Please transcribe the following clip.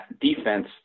defense